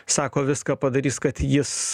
sako viską padarys kad jis